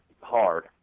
hard